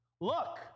look